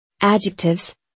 Adjectives